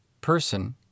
person